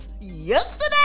yesterday